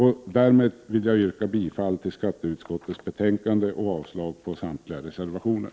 Härmed yrkar jag bifall till hemställan i skatteutskottets betänkande 29 och avslag på samtliga reservationer.